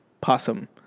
possum